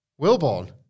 Wilborn